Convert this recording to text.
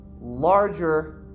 larger